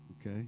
Okay